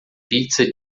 pizza